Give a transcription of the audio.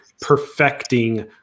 perfecting